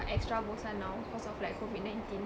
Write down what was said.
extra bosan now cause of like COVID nineteen